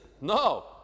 No